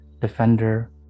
defender